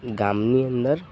ગામની અંદર